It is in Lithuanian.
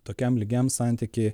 tokiam lygiam santyky